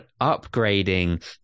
upgrading